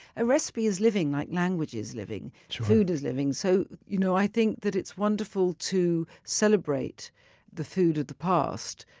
a recipe is living like language is living and food is living. so you know i think that it's wonderful to celebrate the food of the past,